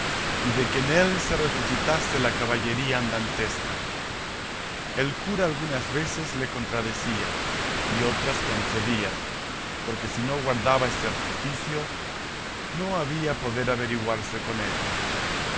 y de que en él se resucitase la caballería andantesca el cura algunas veces le contradecía y otras concedía porque si no guardaba este artificio no había poder averiguarse con él